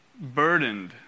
burdened